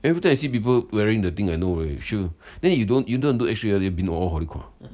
everytime I see people wearing the thing I know already sure then you don't want to do the x-ray hor